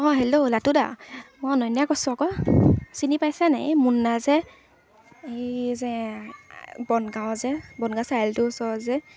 অঁ হেল্ল' লাটুদা মই অনন্যাই কৈছোঁ আকৌ চিনি পাইছেনে নাই এই মুন্না যে এই যে বনগাঁও যে বনগাঁও চাৰিআলিটোৰ ওচৰৰ যে